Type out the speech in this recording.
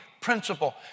principle